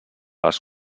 les